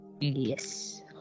Yes